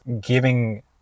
giving